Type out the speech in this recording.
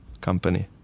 company